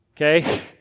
okay